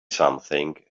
something